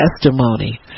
testimony